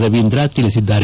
ರವೀಂದ್ರ ತಿಳಿಸಿದ್ದಾರೆ